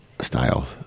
Style